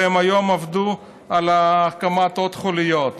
והם היום עבדו על הקמת עוד חוליות.